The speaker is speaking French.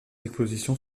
expositions